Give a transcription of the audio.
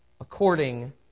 according